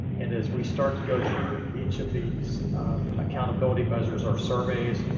and as we start to go through each of these accountability measures our surveys,